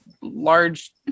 large